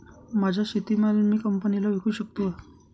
माझा शेतीमाल मी कंपनीला विकू शकतो का?